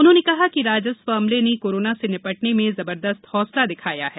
उन्होंने कहा कि राजस्व अमले ने कोरोना से निपटने में जबर्दस्त हौसला दिखाया है